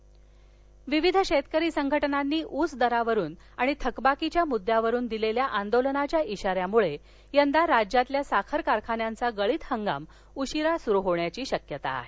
ऊस गाळप हंगाम विविध शेतकरी संघटनांनी ऊस दरावरून आणि थकबाकीच्या मुद्द्यावरून दिलेल्या आंदोलनाच्या इशान्यामुळे यंदा राज्यातील साखर कारखान्यांचा गळीत हंगाम उशिरा सुरु होण्याची शक्यता आहे